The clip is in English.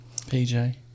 pj